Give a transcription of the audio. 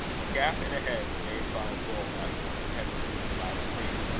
a gap in a hedge made by a bull that morning, had removed the last screen.